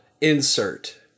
insert